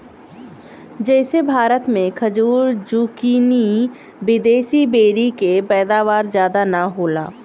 जइसे भारत मे खजूर, जूकीनी, विदेशी बेरी के पैदावार ज्यादा ना होला